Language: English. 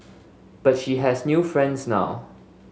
but she has new friends now